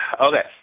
Okay